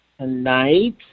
tonight